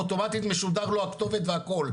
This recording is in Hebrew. אוטומטית משודר לו הכתובת והכול,